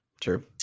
true